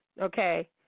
Okay